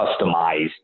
customized